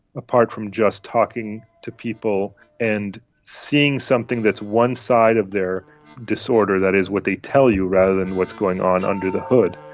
apart from just talking to people and seeing something that's one side of their disorder, that is what they tell you rather than what's going on under the hood.